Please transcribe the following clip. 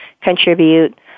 contribute